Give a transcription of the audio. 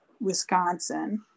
Wisconsin